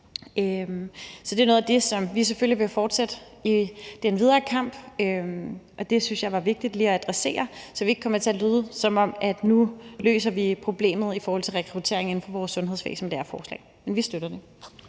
Så det er noget af det, som vi selvfølgelig vil fortsætte med i den videre kamp, og det synes jeg var vigtigt lige at adressere, så vi ikke kommer til at lyde, som om vi med det her forslag nu løser problemet med rekruttering til vores sundhedsvæsen. Men vi støtter det.